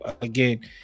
again